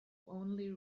only